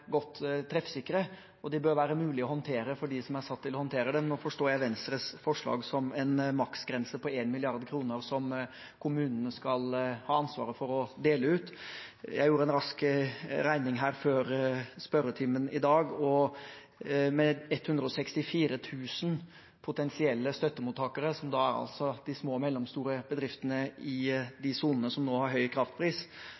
godt treffsikre, og de bør være mulig å håndtere for dem som er satt til å håndtere dem. Nå forstår jeg Venstres forslag som en maksgrense på 1 mrd. kr som kommunene skal ha ansvaret for å dele ut. Jeg gjorde en rask regning her før spørretimen i dag, og med 164 000 potensielle støttemottakere, altså de små og mellomstore bedriftene i